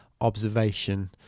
observation